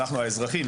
אנחנו האזרחים,